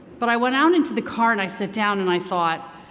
but i went out into the car and i sit down and i thought,